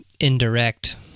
indirect